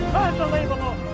unbelievable